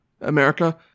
America